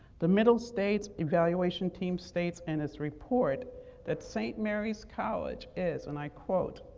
the middle states evaluation team states in its report that st. mary's college is, and i quote,